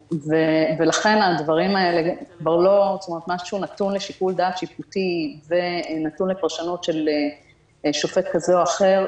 לכן מה שנתון לשיקול דעת שיפוטי ונתון לפרשנות של שופט כזה או אחר,